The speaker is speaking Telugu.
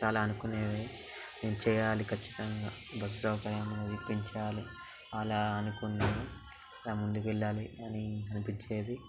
చాలా అనుకునేవి నేను చెయ్యాలి కచ్చితంగా బస్సు సౌకర్యం ఇప్పించాలి అలా అనుకున్నాను అలా ముందుకు వెళ్ళాలి అని అనిపించేది